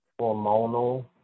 hormonal